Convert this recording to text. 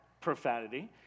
profanity